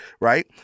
right